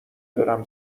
برم